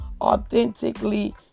authentically